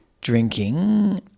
drinking